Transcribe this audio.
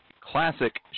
classic